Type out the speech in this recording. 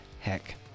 heck